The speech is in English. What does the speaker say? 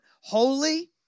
Holy